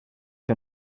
wir